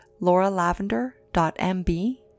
lauralavender.mb